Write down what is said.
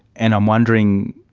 and i'm wondering,